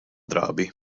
drabi